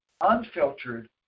unfiltered